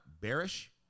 bearish